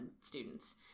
students